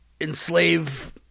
enslave